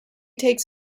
takes